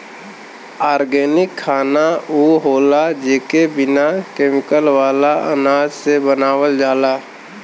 organic खाना उ होला जेके बिना केमिकल वाला अनाज से बनावल जाला